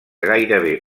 gairebé